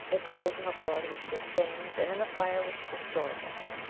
it glows in the blood which sustains and in the fire which destroys us,